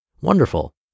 Wonderful